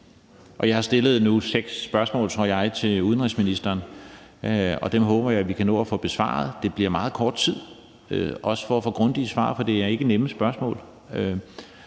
Jeg har nu stillet seks spørgsmål, tror jeg, til udenrigsministeren, og dem håber jeg vi kan nå at få besvaret. Det bliver meget kort tid at få grundige svar i, for det er ikke nemme spørgsmål,